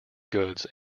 goods